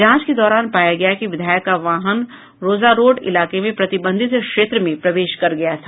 जांच के दौरान पाया गया कि विधायक का वाहन रौजा रोड इलाके में प्रतिबंधित क्षेत्र में प्रवेश कर गया था